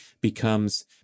becomes